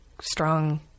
strong